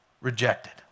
Rejected